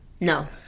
No